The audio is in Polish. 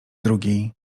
drugiej